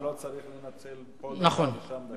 אז ככה לא צריך לנצל פה דקה ושם דקה.